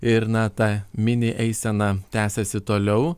ir na ta mini eisena tęsiasi toliau